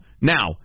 Now